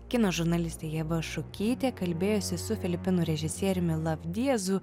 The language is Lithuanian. kino žurnalistė ieva šukytė kalbėjosi su filipinų režisieriumi lav diezu